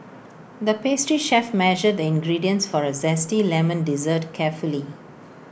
the pastry chef measured the ingredients for A Zesty Lemon Dessert carefully